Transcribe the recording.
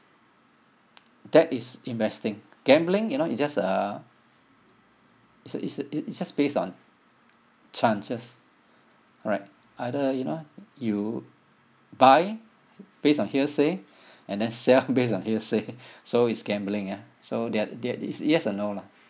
that is investing gambling you know it's just uh it's a it's a it's it's just based on chances right either you know you buy based on hearsay and then sell based on hearsay so it's gambling ah so that that is yes and no lah